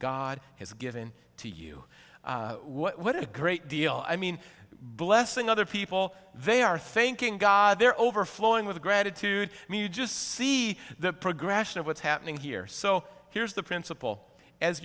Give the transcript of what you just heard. god has given to you what a great deal i mean blessing other people they are thinking god their overflowing with gratitude i mean you just see the progression of what's happening here so here's the principle as